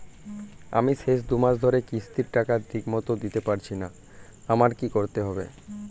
আমি শেষ দুমাস ধরে কিস্তির টাকা ঠিকমতো দিতে পারছিনা আমার কি করতে হবে?